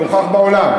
זה הוכח בעולם.